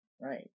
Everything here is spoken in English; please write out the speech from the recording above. right